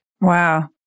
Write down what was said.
Wow